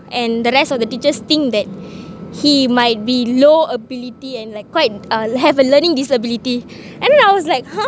and the rest of the teachers think that he might be low ability and like quite uh have a learning disability and then I was like !huh!